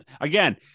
Again